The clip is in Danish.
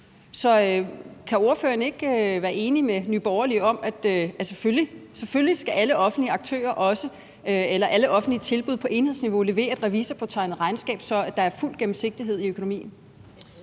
Så kan ordføreren ikke være enig med Nye Borgerlige i, at selvfølgelig skal alle offentlige tilbud på enhedsniveau også levere et revisorpåtegnet regnskab, så der er fuld gennemsigtighed i økonomien?